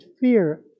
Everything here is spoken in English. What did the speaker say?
fear